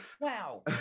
wow